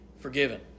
forgiven